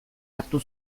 hartu